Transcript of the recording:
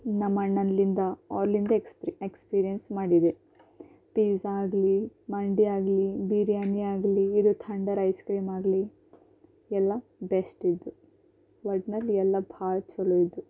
ನಮ್ಮಅಣ್ಣಲ್ಲಿಂದ ಅವ್ರಲಿಂದ ಎಕ್ಸ್ ಪಿ ಎಕ್ಸ್ಪೀರಿಯನ್ಸ್ ಮಾಡಿದೆ ಪಿಝಾ ಆಗಲಿ ಮಂಡಿ ಆಗಲಿ ಬಿರಿಯಾನಿಯಾಗ್ಲಿ ಇದು ಥಂಡರ್ ಐಸ್ಕ್ರೀಮಾಗಲಿ ಎಲ್ಲ ಬೆಸ್ಟಿದ್ವು ಒಟ್ನಲ್ಲಿ ಎಲ್ಲ ಭಾಳ ಛಲೋ ಇದ್ವು